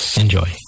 Enjoy